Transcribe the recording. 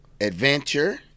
adventure